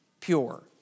pure